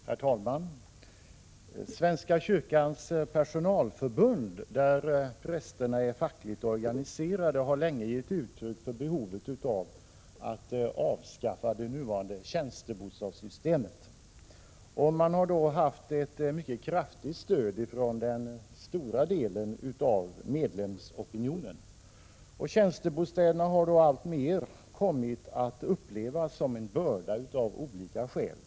Herr talman! Svenska kyrkans personalförbund, där prästerna är fackligt organiserade, har länge givit uttryck för behovet av att avskaffa det nuvarande tjänstebostadssystemet. Man har då haft ett mycket kraftigt stöd från den stora delen av medlemsopinionen. Tjänstebostäderna har alltmer kommit att upplevas som en börda, av olika skäl.